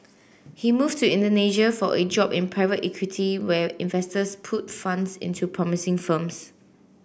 he moved to Indonesia for a job in private equity where investors put funds into promising firms